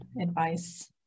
advice